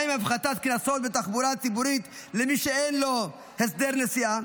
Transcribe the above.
מה עם הפחתת קנסות בתחבורה ציבורית למי שאין לו הסדר נסיעה?